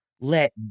let